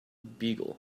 beagle